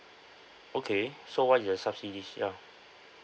okay so what is the subsidies ya